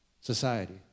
society